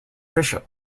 bishop